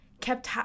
kept